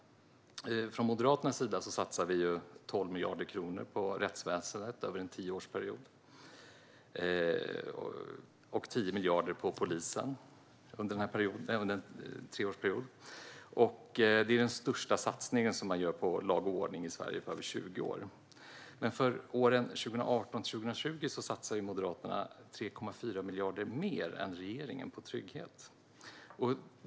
Från Moderaternas sida satsar vi 12 miljarder kronor på rättsväsendet över en tioårsperiod och 10 miljarder på polisen över en treårsperiod. Det är den största satsningen på lag och ordning i Sverige på över 20 år. Men för åren 2018-2020 satsar Moderaterna 3,4 miljarder mer än regeringen på trygghet.